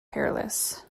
hairless